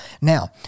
Now